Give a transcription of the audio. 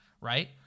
right